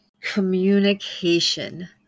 Communication